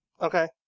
Okay